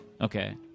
Okay